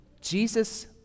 Jesus